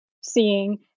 seeing